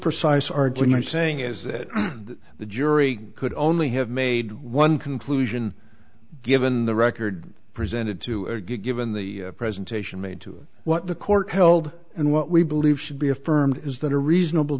precise argument saying is that the jury could only have made one conclusion given the record presented to a given the presentation made to what the court held and what we believe should be affirmed is that a reasonable